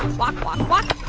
walk. walk. walk